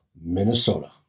Minnesota